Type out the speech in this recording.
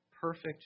perfect